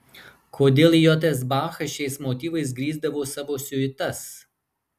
kodėl j s bachas šiais motyvais grįsdavo savo siuitas